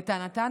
לטענתן,